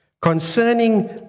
concerning